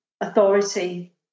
authority